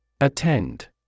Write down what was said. Attend